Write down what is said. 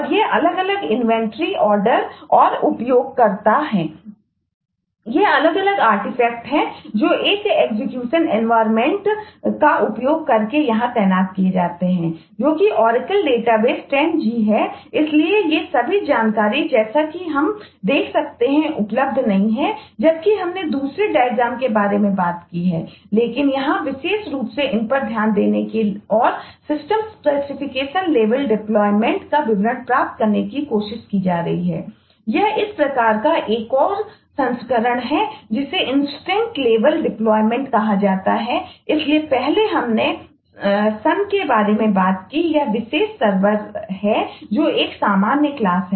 ये अलग अलग अर्टिफैक्ट है